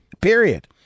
Period